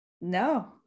no